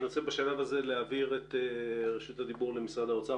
אני רוצה בשלב הזה להעביר את רשות הדיבור למשרד האוצר.